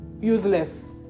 useless